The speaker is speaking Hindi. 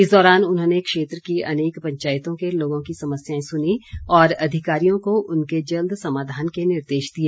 इस दौरान उन्होंने क्षेत्र की अनेक पंचायतों के लोगों की समस्याएं सुनी और अधिकारियों को उनके जल्द समाधान के निर्देश दिए